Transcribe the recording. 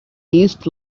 east